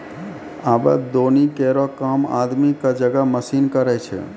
आबे दौनी केरो काम आदमी क जगह मसीन करै छै